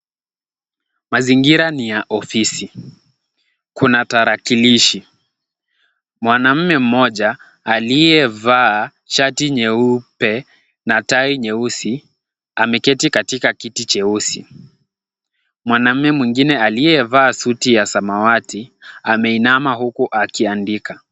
Mazingira ni ya ofisi. Kuna tarakilishi. Mwanaume mmoja aliyevaa shati nyeupe na tai nyeusi ameketi katika kiti cheusi. Mwanaume mwingine aliyevaa suti ya samawati ameinama huku akiandika.